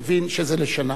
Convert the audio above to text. תבין שזה לשנה.